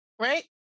Right